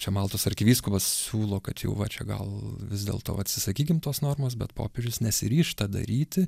čia maltos arkivyskupas siūlo kad jau va čia gal vis dėlto atsisakykim tos normos bet popiežius nesiryžta daryti